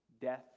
death